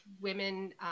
women